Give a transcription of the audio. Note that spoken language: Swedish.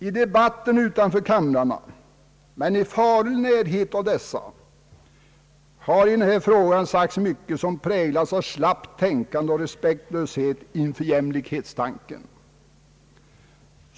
I debatten utanför kamrarna — men i farlig närhet av dessa — har i denna fråga sagts mycket som präglas av slappt tänkande och respektlöshet inför jämlikhetstanken.